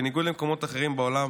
בניגוד למקומות אחרים בעולם,